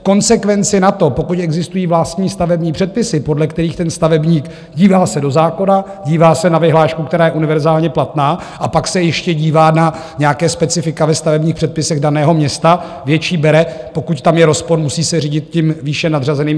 V konsekvenci na to, pokud existují vlastní stavební předpisy, podle kterých stavebník dívá se do zákona, dívá se na vyhlášku, která je univerzálně platná, a pak se ještě dívá na nějaká specifika ve stavebních předpisech daného města, větší bere, pokud je tam rozpor, musí se řídit tím výše nadřazeným.